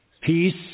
Peace